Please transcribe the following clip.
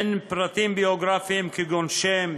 אין פרטים ביוגרפיים כגון שם,